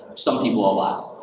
some people a lot.